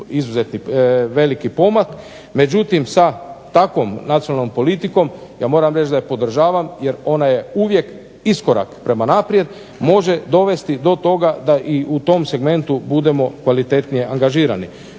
napraviti veliki pomak. Međutim, sa takvom nacionalnom politikom ja moram reći da je podržavam jer ona je uvijek iskorak prema naprijed, može dovesti i do toga da u tom segmentu budemo kvalitetnije angažirani.